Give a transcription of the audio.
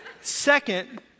Second